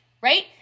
right